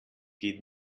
geht